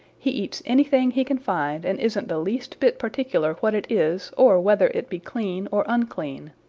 he eats anything he can find and isn't the least bit particular what it is or whether it be clean or unclean.